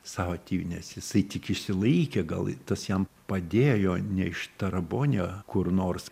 savo tėvynės jisai tik išsilaikė gal tas jam padėjo neištarabonijo kur nors